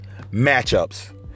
matchups